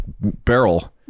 barrel